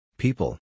People